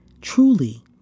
truly